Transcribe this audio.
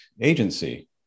agency